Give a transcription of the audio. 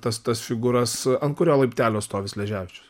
tas tas figūras ant kurio laiptelio stovi sleževičius